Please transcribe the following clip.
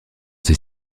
ces